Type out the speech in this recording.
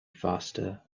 faster